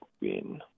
win